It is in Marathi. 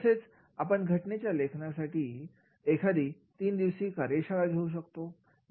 तसेच आपण घटनांच्या लेखनासाठी एखादी तीन दिवसीय कार्यशाळा घेऊ शकतो